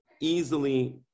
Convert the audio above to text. easily